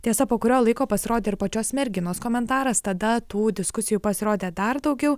tiesa po kurio laiko pasirodė ir pačios merginos komentaras tada tų diskusijų pasirodė dar daugiau